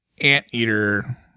anteater